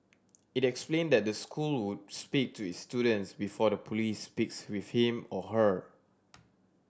it explained that the school would speak to its student before the police speaks with him or her